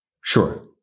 Sure